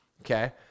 Okay